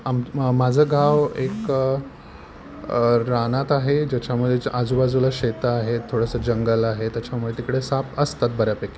आम माझं गाव एक रानात आहे ज्याच्यामुळे आजूबाजूला शेतं आहेत थोडंसं जंगल आहे त्याच्यामुळे तिकडे साप असतात बऱ्यापैकी